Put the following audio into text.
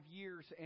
years